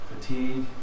Fatigue